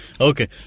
Okay